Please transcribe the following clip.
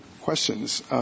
questions